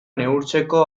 neurtzeko